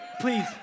Please